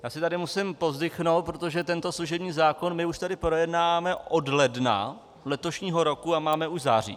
Já si tady musím povzdychnout, protože tento služební zákon my už tady projednáváme od ledna letošního roku a máme už září.